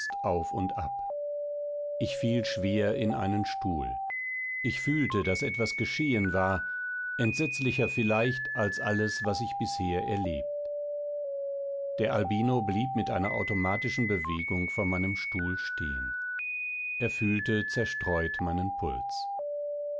auf und ab ich fiel schwer in einen stuhl ich fühlte daß etwas geschehen war entsetzlicher vielleicht als alles was ich bisher erlebt der albino blieb mit einer automatischen bewegung vor meinem stuhl stehen er fühlte zerstreut meinen puls